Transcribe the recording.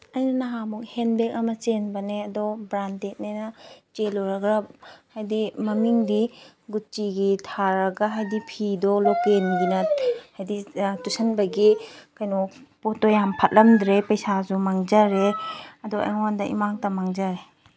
ꯑꯩꯅ ꯅꯍꯥꯟꯃꯨꯛ ꯍꯦꯟꯕꯦꯒ ꯑꯃ ꯆꯦꯟꯕꯅꯦ ꯑꯗꯣ ꯕ꯭ꯔꯥꯟꯗꯦꯗꯅꯦꯅ ꯆꯦꯜꯂꯨꯔꯒ ꯍꯥꯏꯗꯤ ꯃꯃꯤꯡꯗꯤ ꯒꯨꯠꯆꯤꯒꯤ ꯊꯥꯔꯒ ꯍꯥꯏꯗꯤ ꯐꯤꯗꯣ ꯂꯣꯀꯦꯜꯒꯤꯅ ꯍꯥꯏꯗꯤ ꯇꯨꯁꯟꯕꯒꯤ ꯀꯩꯅꯣ ꯄꯣꯠꯇꯣ ꯌꯥꯝ ꯐꯠꯂꯝꯗ꯭ꯔꯦ ꯄꯩꯁꯥꯁꯨ ꯃꯥꯡꯖꯔꯦ ꯑꯗꯣ ꯑꯩꯉꯣꯟꯗ ꯏꯃꯥꯡꯇ ꯃꯥꯡꯖꯔꯦ